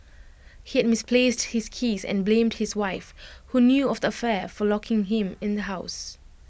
he had misplaced his keys and blamed his wife who knew of the affair for locking him in the house